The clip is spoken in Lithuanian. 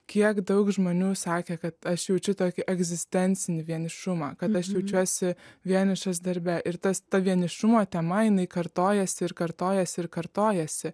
kiek daug žmonių sakė kad aš jaučiu tokį egzistencinį vienišumą kad aš jaučiuosi vienišas darbe ir tas tą vienišumo tema jinai kartojasi ir kartojasi ir kartojasi